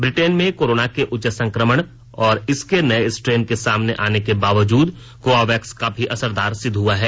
Britain में corona के उच्च संक्रमण और इसके नये स्ट्रेन के सामने आने के बावजूद कोवावैक्स काफी असरदार सिद्ध हुआ है